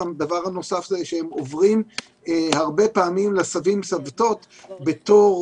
דבר נוסף הרבה פעמים הם עוברים לסבים ולסבתות בתור,